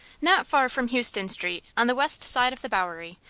not far from houston street, on the west side of the bowery,